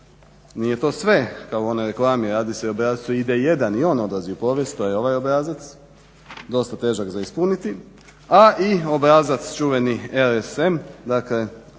nije to sve kao u onoj reklami. Radi se o obrascu ID1 i on odlazi u povijest, to je ovaj obrazac dosta težak za ispuniti a i obrazac čuveni R-Sm dakle